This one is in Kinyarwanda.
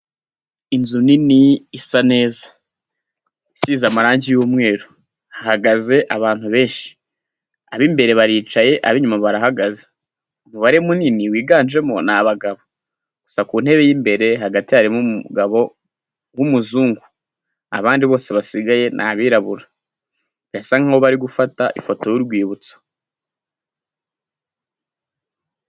Inzu nini isa neza, isize amarange y'umweru hahagaze abantu benshi, abo imbere baricaye ab'inyuma barahagaze, umubare munini wiganjemo ni abagabo gusa ku ntebe y'imbere hagati harimo umugabo w'umuzungu, abandi bose basigaye ni abirabura birasa nk'aho bari gufata ifoto y'urwibutso.